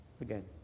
again